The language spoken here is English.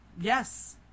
Yes